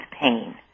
pain